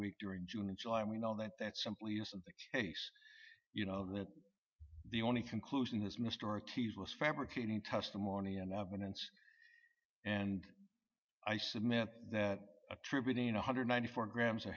week during june and july we know that that simply isn't the case you know that the only conclusion is mr t s was fabricating testimony and evidence and i submit that attributing one hundred and ninety four grams of